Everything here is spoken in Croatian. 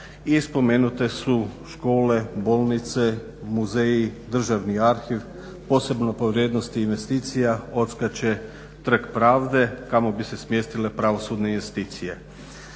spomenute su škole, bolnice, muzeji, državni arhiv, posebno po vrijednosti investicija odskače Trg pravde kamo bi se smjestile pravosudne institucije.